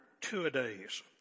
two-a-days